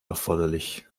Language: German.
erforderlich